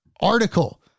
Article